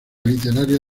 literaria